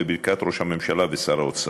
בברכת ראש הממשלה ושר האוצר,